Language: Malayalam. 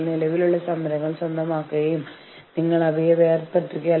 ഇത്തരത്തിലുള്ള ഒരു ജീവനക്കാരൻ യൂണിയൻ കാര്യസ്ഥൻ എന്നറിയപ്പെടുന്നു